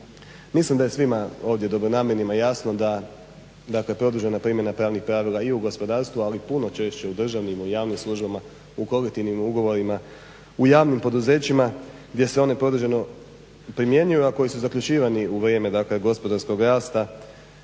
Mislim da je svima ovdje dobronamjernima jasno da produžena primjena pravnih pravila i u gospodarstvu, ali puno češće u državnim, u javnim službama u kolektivnim ugovorima, u javnim poduzećima gdje se one produženo primjenjuju, a koji su zaključivani u vrijeme, dakle gospodarskog rasta.